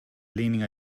leaning